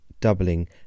doubling